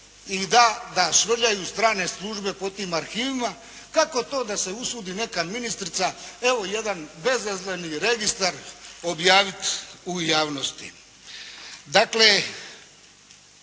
da švrljaju strane službe po tim arhivima. Kako to da se usudi neka ministrica, evo jedan bezazleni registar objaviti u javnosti.